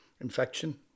infection